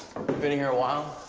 been here a while?